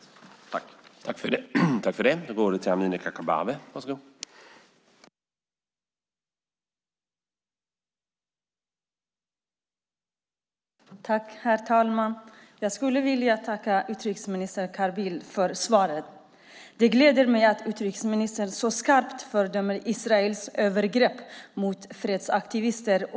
Då Peter Rådberg, som framställt en av interpellationerna, anmält att han var förhindrad att närvara vid sammanträdet medgav förste vice talmannen att Mehmet Kaplan i stället fick delta i överläggningen.